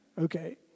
okay